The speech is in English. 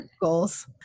goals